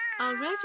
Already